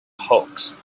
hoax